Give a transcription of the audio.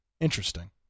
interesting